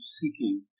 seeking